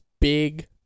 big